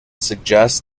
suggests